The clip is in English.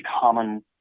common